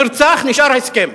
נרצח, נשאר ההסכם.